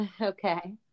okay